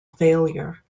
failure